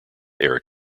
eric